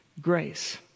Grace